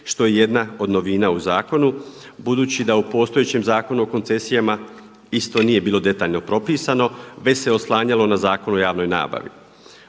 što je jedna od novina u zakonu, budući da u postojećem Zakonu o koncesijama isto nije bilo detaljno propisano već se oslanjalo na Zakon o javnoj nabavi.